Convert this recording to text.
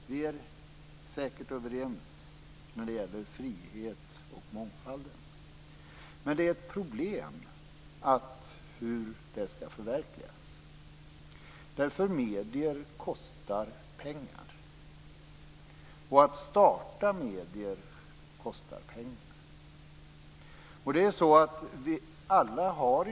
Vi är säkert överens när det gäller friheten och mångfalden. Däremot är det ett problem hur det här skall förverkligas. Medier kostar ju pengar. Att starta medier kostar pengar.